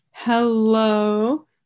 Hello